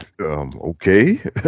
okay